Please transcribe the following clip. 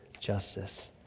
justice